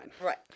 Right